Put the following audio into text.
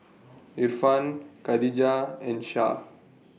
Irfan Khadija and Syah